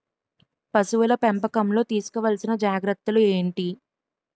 పశువుల పెంపకంలో తీసుకోవల్సిన జాగ్రత్తలు ఏంటి?